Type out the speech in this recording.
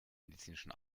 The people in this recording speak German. medizinischen